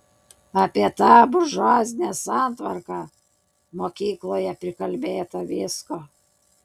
apie tą buržuazinę santvarką mokykloje prikalbėta visko